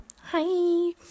hi